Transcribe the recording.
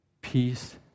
peace